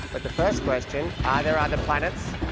but the first question are there other planets?